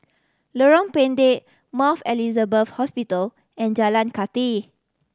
Lorong Pendek Mount Elizabeth Hospital and Jalan Kathi